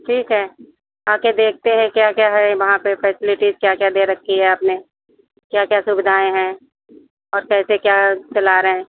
ठीक है आकर देखते हैं क्या क्या है वहाँ पर फैसिलिटीज क्या क्या दे रखी है आपने क्या क्या सुविधाएँ हैं और कैसे क्या चला रहे हैं